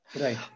right